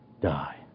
die